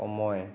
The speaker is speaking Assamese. সময়